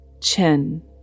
Chin